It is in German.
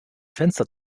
fenster